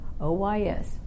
OYS